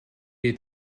est